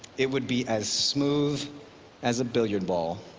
it would be as smooth as a billiard ball,